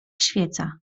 świeca